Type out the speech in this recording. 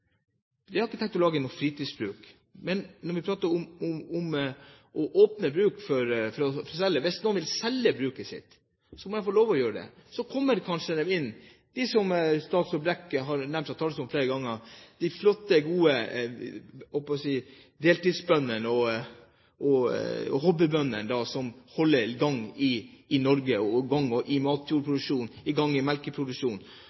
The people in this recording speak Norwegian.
fritidsbruk. Vi har ikke tenkt å lage noen fritidsbruk. Men hvis noen vil selge bruket sitt, må de få lov å gjøre det. Så kommer kanskje de som statsråd Brekk har nevnt fra talerstolen flere ganger – de flotte, gode deltidsbøndene og hobbybøndene i Norge som holder matproduksjonen og melkeproduksjonen i gang.